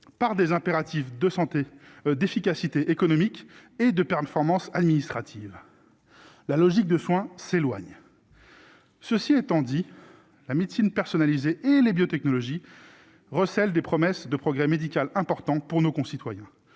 par des impératifs de santé d'efficacité économique et de performance administrative, la logique de soins s'éloigne, ceci étant dit, la médecine personnalisée et les biotechnologies recèle des promesses de progrès médical important pour nos concitoyens